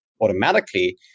automatically